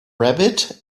rabbit